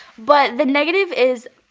but, the negative is,